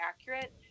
accurate